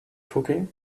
cooking